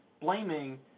blaming